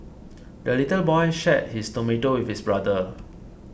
the little boy shared his tomato with his brother